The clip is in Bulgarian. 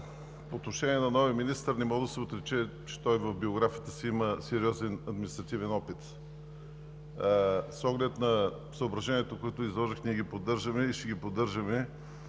По отношение на новия министър не може да се отрече, че той в биографията си има сериозен административен опит. С оглед на съображенията, които изложих, ние ги поддържаме и ще ги поддържаме,